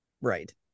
Right